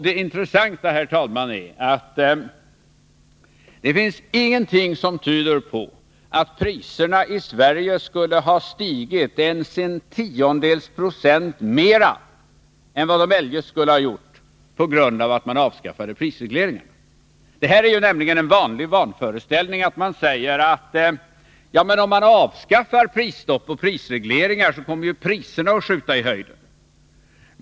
Det intressanta, herr talman, är att det finns ingenting som tyder på att priserna i Sverige skulle ha stigit ens en tiondels procent mer på grund av att man avskaffade prisregleringen än vad de eljest skulle ha gjort. Det är en vanlig vanföreställning att tro att om man avskaffar prisstopp och prisregleringar, kommer priserna att skjuta i höjden.